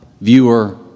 viewer